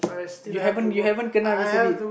you haven't you haven't kena reservist